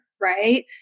right